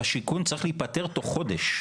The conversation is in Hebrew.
הסיפור שלו כלפי משרד השיכון צריך להיפתר תוך חודש,